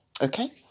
Okay